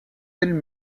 elle